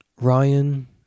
Ryan